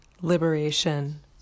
liberation